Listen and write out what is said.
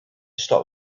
stop